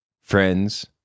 friends